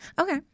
Okay